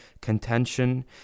contention